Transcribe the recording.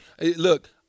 Look